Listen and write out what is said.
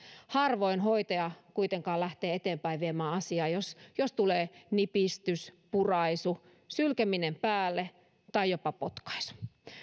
harvoin hoitaja kuitenkaan lähtee eteenpäin viemään asiaa jos jos tulee nipistys puraisu sylkeminen päälle tai jopa potkaisu